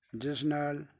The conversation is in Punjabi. ਜਿਸ ਨਾਲ